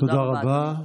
תודה רבה.